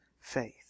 faith